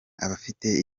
abafite